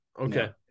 Okay